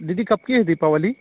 दीदी कब की है दीपावली